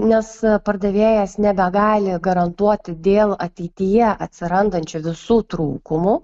nes pardavėjas nebegali garantuoti dėl ateityje atsirandančių visų trūkumų